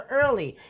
early